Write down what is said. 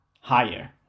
higher